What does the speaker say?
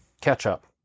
Catch-up